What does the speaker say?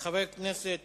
חבר הכנסת